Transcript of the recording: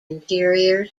interior